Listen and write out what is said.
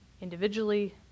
Individually